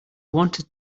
wanted